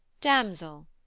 Damsel